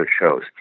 shows